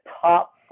top